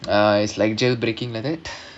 uh it's like jail breaking like that